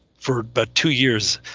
for but two years,